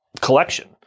collection